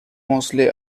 mosley